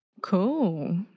Cool